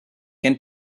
can